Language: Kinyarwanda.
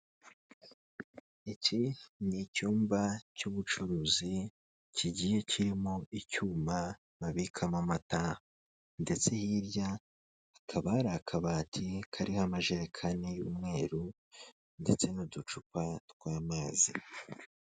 Iki ni icyumba cy'ubucuruzi kigiye kirimo icyuma babikamo amata ndetse hirya hakaba ari akabati kariho amajerekani y'umweru ndetse n'uducupa tw'amazi.